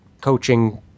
coaching